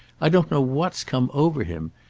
i don't know what's come over him.